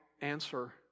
answer